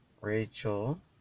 Rachel